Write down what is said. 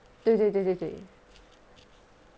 对对对对对